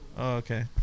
Okay